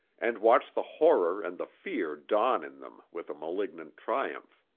and watched the horror and the fear dawn in them with a malignant triumph.